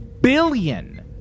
billion